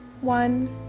one